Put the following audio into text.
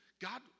God